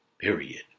Period